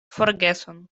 forgeson